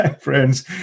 friends